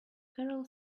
carol